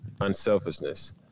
unselfishness